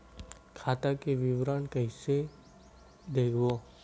खाता के विवरण कइसे देखबो?